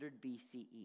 BCE